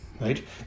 right